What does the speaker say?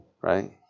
Right